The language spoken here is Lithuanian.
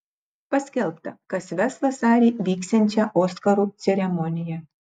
paskelbta kas ves vasarį vyksiančią oskarų ceremoniją